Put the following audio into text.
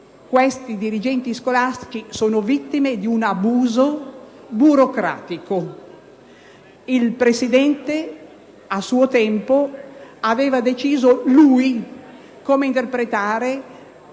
Questi dirigenti scolastici sono vittime di un abuso burocratico. Il presidente di una commissione, a suo tempo, aveva deciso lui come interpretare